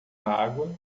água